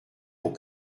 pour